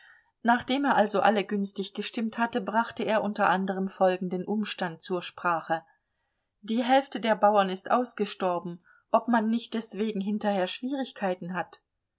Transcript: nachdem er also alle günstig gestimmt hatte brachte er unter anderem folgenden umstand zur sprache die hälfte der bauern ist ausgestorben ob man nicht deswegen hinterher schwierigkeiten hat